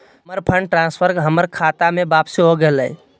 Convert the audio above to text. हमर fund transfer हमर खता में वापसी हो गेलय